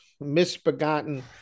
misbegotten